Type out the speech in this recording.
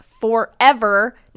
forever